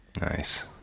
Nice